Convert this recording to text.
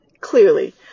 clearly